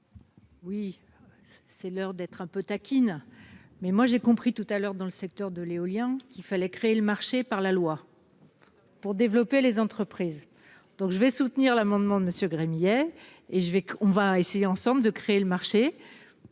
Oui, c'est l'heure d'être un peu taquine, mais moi j'ai compris tout à l'heure dans le secteur de l'éolien, qu'il fallait créer le marché par la loi. Pour développer les entreprises, donc je vais soutenir l'amendement monsieur Gremillet et je vais qu'on va essayer ensemble de créer le marché